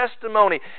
testimony